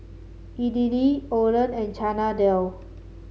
Idili Oden and Chana Dal